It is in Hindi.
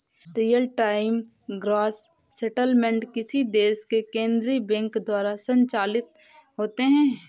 रियल टाइम ग्रॉस सेटलमेंट किसी देश के केन्द्रीय बैंक द्वारा संचालित होते हैं